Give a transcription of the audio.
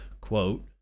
Quote